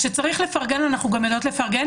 וכשצריך לפרגן אנחנו גם יודעות לפרגן